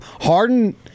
Harden